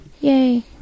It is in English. yay